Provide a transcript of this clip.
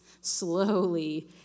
slowly